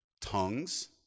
tongues